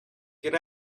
get